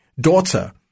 daughter